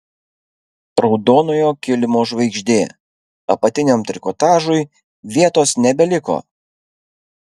raudonojo kilimo žvaigždė apatiniam trikotažui vietos nebeliko